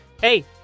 Hey